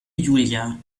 julia